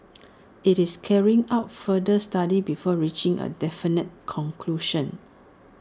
IT is carrying out further studies before reaching A definite conclusion